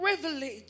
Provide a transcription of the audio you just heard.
privilege